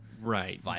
right